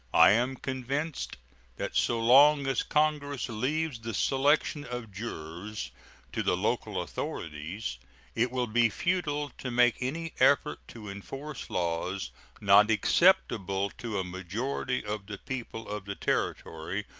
i am convinced that so long as congress leaves the selection of jurors to the local authorities it will be futile to make any effort to enforce laws not acceptable to a majority of the people of the territory,